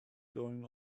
going